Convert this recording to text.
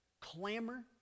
clamor